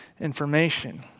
information